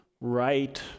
right